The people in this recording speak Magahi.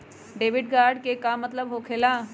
डेबिट कार्ड के का मतलब होकेला?